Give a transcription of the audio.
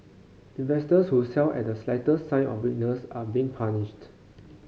investors who sell at the slight sign of weakness are being punished